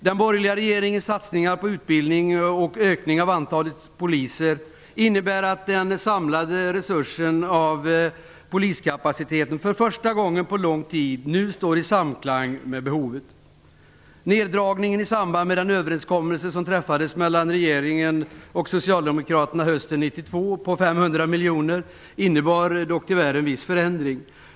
Den borgerliga regeringens satsningar på utbildning och ökningen av antalet poliser innebär att den samlade poliskapaciteten för första gången på lång tid nu står i samklang med behovet. Den neddragning på 500 miljoner som regeringen och socialdemokraterna träffade överenskommelse om under hösten 1992 innebar dock tyvärr en viss förändring.